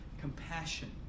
compassion